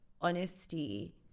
honesty